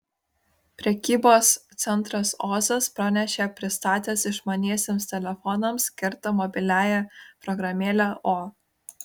prekybos centras ozas pranešė pristatęs išmaniesiems telefonams skirtą mobiliąją programėlę o